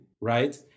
right